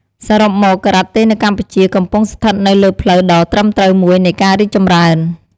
សរុបមក ការ៉ាតេនៅកម្ពុជាកំពុងស្ថិតនៅលើផ្លូវដ៏ត្រឹមត្រូវមួយនៃការរីកចម្រើន។